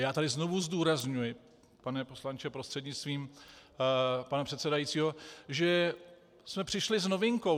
Já tady znovu zdůrazňuji, pane poslanče prostřednictvím pana předsedajícího, že jsme přišli s novinkou.